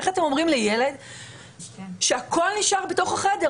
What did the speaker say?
איך אתם אומרים לילד שהכול נשאר בתוך החדר,